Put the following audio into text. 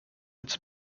its